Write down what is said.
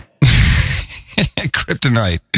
Kryptonite